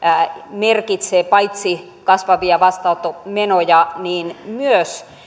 merkitsee paitsi kasvavia vastaanottomenoja myös